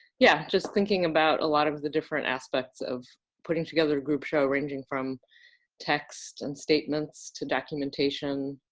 yeah, just thinking about a lot of the different aspects of putting together a group show, ranging from text and statements to documentation.